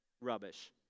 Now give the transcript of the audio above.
rubbish